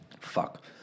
Fuck